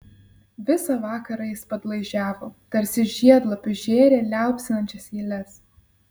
visą vakarą jis padlaižiavo tarsi žiedlapius žėrė liaupsinančias eiles